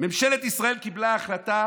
ממשלת ישראל קיבלה החלטה